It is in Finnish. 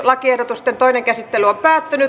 lakiehdotusten toinen käsittely päättyi